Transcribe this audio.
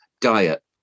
diet